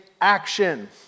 action